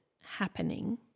happening